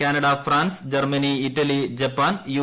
Canada France Germany Italy Japan U